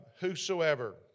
whosoever